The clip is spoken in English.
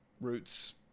roots